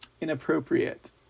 inappropriate